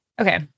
Okay